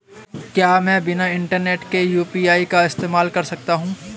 क्या मैं बिना इंटरनेट के यू.पी.आई का इस्तेमाल कर सकता हूं?